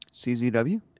CZW